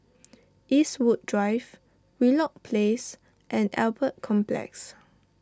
Eastwood Drive Wheelock Place and Albert Complex